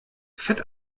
fett